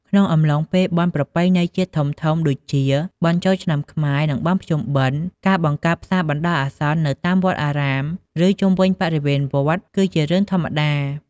ក្នុងអំឡុងពេលបុណ្យប្រពៃណីជាតិធំៗ ដូចជា បុណ្យចូលឆ្នាំខ្មែរ និង បុណ្យភ្ជុំបិណ្ឌ ការបង្កើតផ្សារបណ្ដោះអាសន្ននៅតាមវត្តអារាម ឬជុំវិញបរិវេណវត្ត គឺជារឿងធម្មតា។